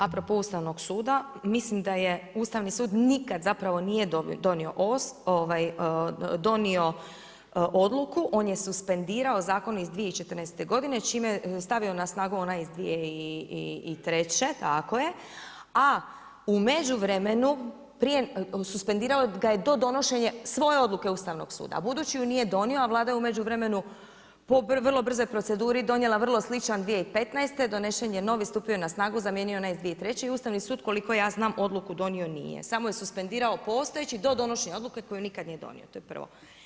A propos Ustavnog suda, mislim da Ustavni sud nikad zapravo nije donio odluku, on je suspendirao zakon iz 2014. godine čime je stavio na snagu onaj iz 2003., tako je, a u međuvremenu suspendirao ga je do donošenja svoje odluke Ustavnog suda, a budući ju nije donio a Vlada je u međuvremenu po vrlo brzoj proceduri donijela vrlo sličan 2015., donesen je novi, stupio je snagu, zamijenio je onaj iz 2003. i Ustavni sud koliko ja znam, odluku donio nije, samo je suspendirao postojeći do donošenja odluke koju nikad nije donio, to je prvo.